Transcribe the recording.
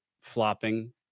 flopping